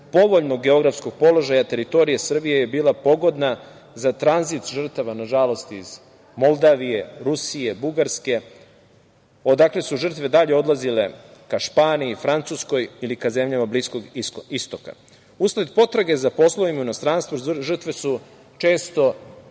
povoljnog geografskog položaja teritorije Srbija je bila pogodna za tranzit žrtava, nažalost, iz Moldavije, Rusije, Bugarske, odakle su žrtve dalje odlazile ka Španiji, Francuskoj ili ka zemljama Bliskog istoka. Usled potrage za poslovima u inostranstvu žrtve su često